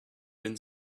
been